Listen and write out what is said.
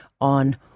on